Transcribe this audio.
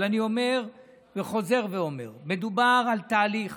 אבל אני אומר וחוזר ואומר, מדובר על תהליך